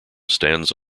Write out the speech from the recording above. stands